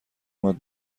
اومد